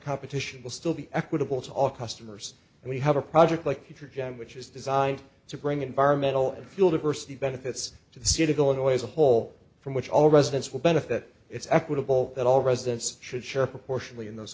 competition will still be equitable to all customers and we have a project like your agenda which is designed to bring environmental and fuel diversity benefits to the state of illinois a whole from which all residents will benefit it's equitable that all residents should share proportionately in those